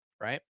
right